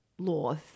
law